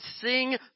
sing